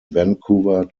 vancouver